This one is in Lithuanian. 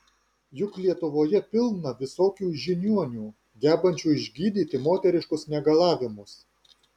juk lietuvoje pilna visokių žiniuonių gebančių išgydyti moteriškus negalavimus